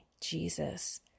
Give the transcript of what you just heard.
Jesus